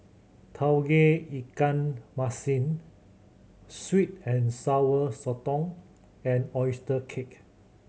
Tauge Ikan Masin sweet and Sour Sotong and oyster cake